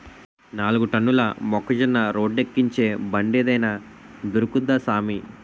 నాలుగు టన్నుల మొక్కజొన్న రోడ్డేక్కించే బండేదైన దొరుకుద్దా సామీ